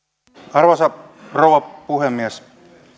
arvoisa rouva puhemies